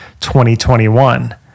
2021